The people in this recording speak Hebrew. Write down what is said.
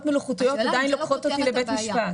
השאלה אם זה לא פותר את הבעיה.